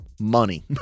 money